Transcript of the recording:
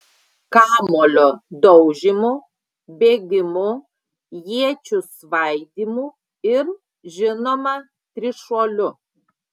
kamuolio daužymu bėgimu iečių svaidymu ir žinoma trišuoliu